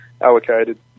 allocated